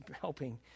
helping